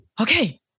Okay